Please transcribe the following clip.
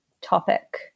topic